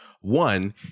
One